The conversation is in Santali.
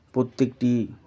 ᱯᱨᱚᱛᱮᱠᱴᱤ